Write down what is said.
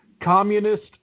communist